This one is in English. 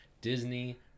Disney